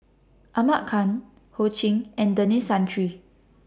Ahmad Khan Ho Ching and Denis Santry